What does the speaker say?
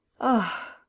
ah,